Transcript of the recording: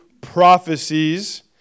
prophecies